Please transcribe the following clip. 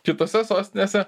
kitose sostinėse